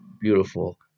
beautiful